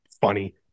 funny